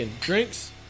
Drinks